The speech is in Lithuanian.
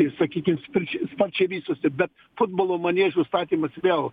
ir sakykim spar sparčiai vystosi bet futbolo maniežų statymas vėl